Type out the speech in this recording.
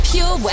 Pure